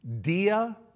Dia